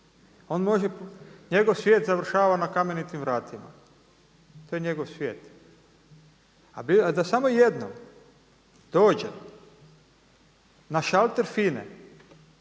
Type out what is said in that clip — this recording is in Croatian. njegov svijet završava na Kamenitim vratima. To je njegov svijet. A da samo jednom dođe na šalter FINA-e